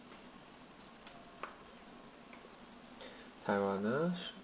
taiwan ah su~